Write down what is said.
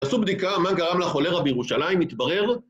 עשו בדיקה, מה גרם לכולרה בירושלים, התברר